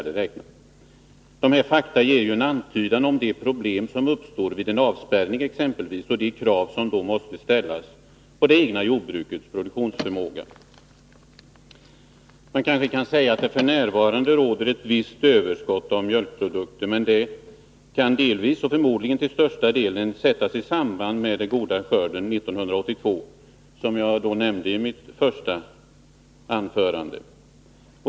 Dessa fakta ger en antydan om de problem som skulle uppstå vid exempelvis en avspärrning med tanke på vilka krav som då måste ställas på det egna jordbrukets produktionsförmåga. 151 Man kanske kan säga att det f. n. råder ett visst överskott av mjölkprodukter. Men det kan delvis, förmodligen till största delen, sättas i samband med den goda skörden 1982, som jag nämnde i mitt första anförande.